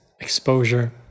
exposure